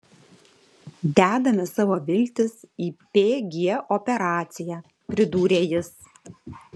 dedame savo viltis į pg operaciją pridūrė jis